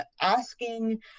asking